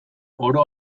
oro